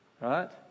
Right